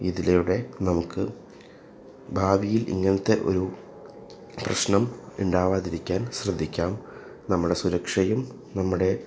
ഇതിലൂടെ നമുക്ക് ഭാവിയിൽ ഇങ്ങനത്തെയൊരു പ്രശ്നം ഉണ്ടാകാതിരിക്കാൻ ശ്രദ്ധിക്കാം നമ്മുടെ സുരക്ഷയും നമ്മുടെ